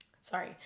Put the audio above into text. sorry